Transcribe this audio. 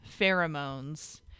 Pheromones